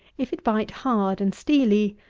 if it bite hard and steely,